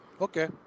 Okay